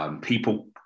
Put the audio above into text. people